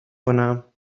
کنم